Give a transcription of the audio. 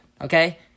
Okay